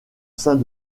saint